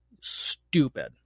stupid